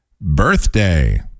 birthday